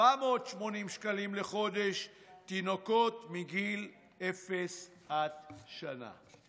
480 שקלים לחודש לתינוקות מגיל אפס עד שנה.